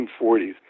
1940s